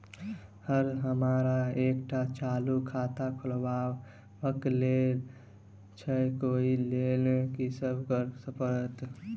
Sir हमरा एकटा चालू खाता खोलबाबह केँ छै ओई लेल की सब करऽ परतै?